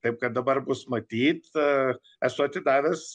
taip kad dabar bus matyt esu atidavęs